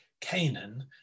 Canaan